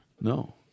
No